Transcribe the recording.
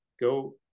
go